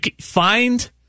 find